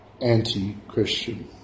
anti-Christian